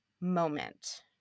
moment